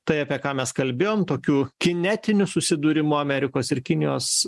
tai apie ką mes kalbėjom tokių kinetinių susidūrimų amerikos ir kinijos